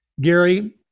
gary